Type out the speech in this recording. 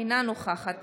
אינה נוכחת